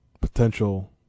potential